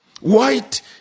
White